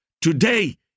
Today